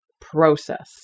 process